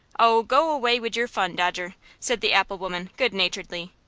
oh, go away wid your fun, dodger, said the apple-woman, good-naturedly.